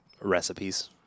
recipes